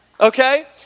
okay